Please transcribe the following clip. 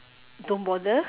don't bother